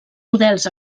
models